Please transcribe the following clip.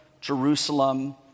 Jerusalem